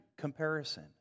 comparison